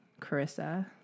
Carissa